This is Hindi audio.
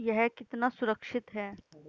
यह कितना सुरक्षित है?